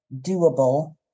doable